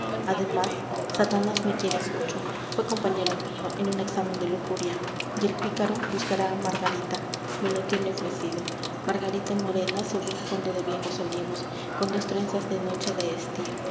ademas satanás me quiere mucho fué compañero mío en un examen de lujuria y el picaro buscará a margarita me lo tiene ofrecido margarita morena sobre un fondo de viejos olivos con dos trenzas de noche de estío